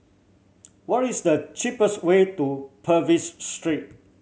what is the cheapest way to Purvis Street